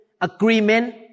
agreement